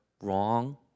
wrong